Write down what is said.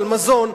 על מזון,